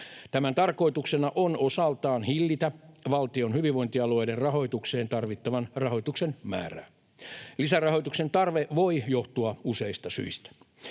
Tämän tarkoituksena on osaltaan hillitä valtion hyvinvointialueiden rahoitukseen tarvittavan rahoituksen määrää. Lisärahoituksen tarve voi johtua useista syistä.